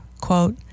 quote